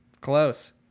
close